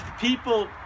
People